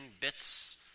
bits